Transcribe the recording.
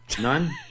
None